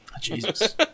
Jesus